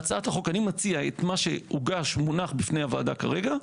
בהצעת החוק אני מציע את מה שהוגש ומונח בפני הוועדה כרגע,